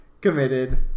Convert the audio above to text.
committed